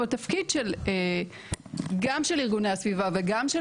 אבל התפקיד גם של ארגוני הסביבה וגם של